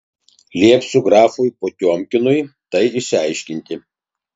liepsiu grafui potiomkinui tai išsiaiškinti